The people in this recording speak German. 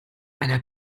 einer